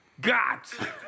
got